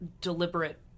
deliberate